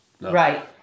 Right